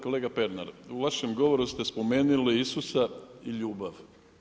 Kolega Pernar, u vašem govoru ste spomenuli Isusa i ljubav.